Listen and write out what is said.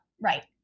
Right